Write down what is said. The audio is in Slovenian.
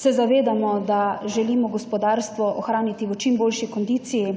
se zavedamo, da želimo gospodarstvo ohraniti v čim boljši kondiciji,